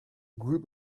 group